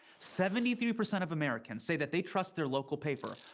seventy three percent of americans say that they trust their local paper,